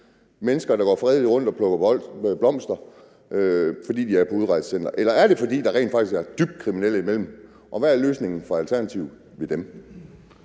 mennesker, der går fredeligt rundt og plukker blomster, mens de er på udrejsecenteret, eller er det, fordi der rent faktisk er dybt kriminelle imellem dem, og hvad er løsningen fra Alternativet på det?